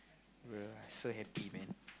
bruh I so happy man